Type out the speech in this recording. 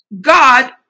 God